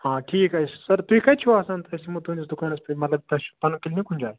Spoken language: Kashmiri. آ ٹھیٖک حظ چھُ سَر تُہۍ کَتہِ چھُو آسان أسۍ یِمَو تُہٕنٛدِس دُکانَس پٮ۪ٹھ مطلب تۄہہِ چھُو پَنُن کِلنِک کُنہِ جایہِ